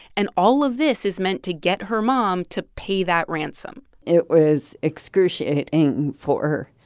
and all of this is meant to get her mom to pay that ransom it was excruciating for